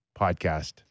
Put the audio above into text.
podcast